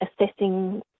Assessing